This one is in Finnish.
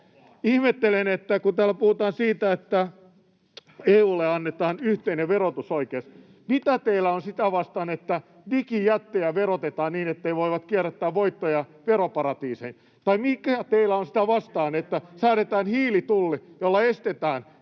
Ihmettelen, kun täällä puhutaan siitä, että EU:lle annetaan yhteinen verotusoikeus, mitä teillä on sitä vastaan, että digijättejä verotetaan niin, etteivät ne voi kierrättää voittoja veroparatiiseihin, tai mitä teillä on sitä vastaan, että säädetään hiilitulli, jolla estetään,